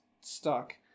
stuck